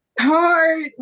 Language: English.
Hard